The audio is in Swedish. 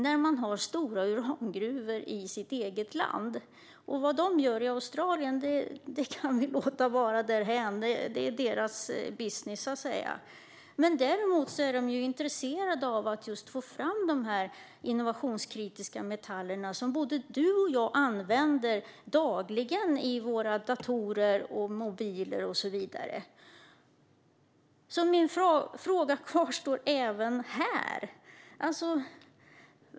De har stora urangruvor i sitt eget land. Vad de gör i Australien kan vi lämna därhän. Det är deras business, så att säga. Men de är intresserade av att få fram de innovationskritiska metaller som både du och jag använder dagligen i våra datorer, mobiler och så vidare, Lorentz Tovatt. Min fråga kvarstår även här.